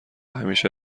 همیشه